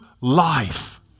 life